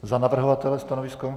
Za navrhovatele stanovisko?